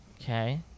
Okay